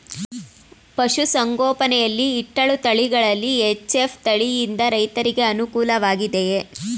ಪಶು ಸಂಗೋಪನೆ ಯಲ್ಲಿ ಇಟ್ಟಳು ತಳಿಗಳಲ್ಲಿ ಎಚ್.ಎಫ್ ತಳಿ ಯಿಂದ ರೈತರಿಗೆ ಅನುಕೂಲ ವಾಗಿದೆಯೇ?